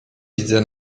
widzę